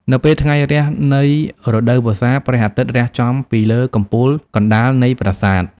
នៅពេលថ្ងៃរះនៃរដូវវស្សា ព្រះអាទិត្យរះចំពីលើកំពូលកណ្តាលនៃប្រាសាទ។